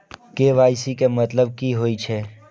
KYC के मतलब की होई छै?